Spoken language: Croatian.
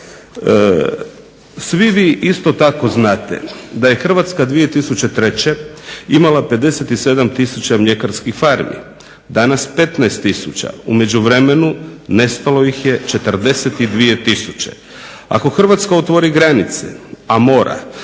Svi vi isto tako znate da je Hrvatska 2003. imala 57 tisuća mljekarskih farmi, danas 15 tisuće. U međuvremenu nestalo ih je 42 tisuće. Ako Hrvatska otvori granice, a mora,